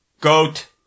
goat